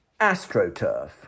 AstroTurf